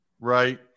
right